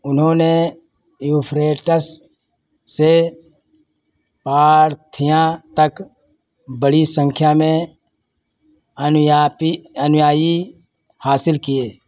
उन्होंने यूफ्रेटस से पार्थियां तक बड़ी संख्या में अनुयापी अनुयायी हासिल किए